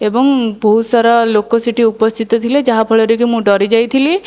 ଏବଂ ବହୁତ ସାରା ଲୋକ ସେଠି ଉପସ୍ଥିତ ଥିଲେ ଯାହାଫଳରେ କି ମୁଁ ଡରିଯାଇଥିଲି